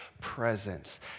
presence